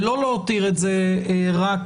ולא להותיר את זה רק